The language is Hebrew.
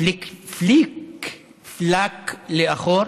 פליק-פלאק לאחור